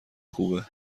خوبه